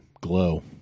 glow